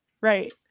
Right